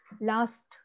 last